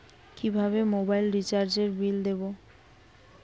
কিভাবে মোবাইল রিচার্যএর বিল দেবো?